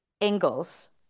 angles